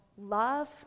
love